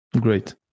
Great